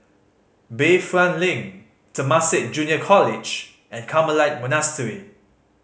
Bayfront Link Temasek Junior College and Carmelite Monastery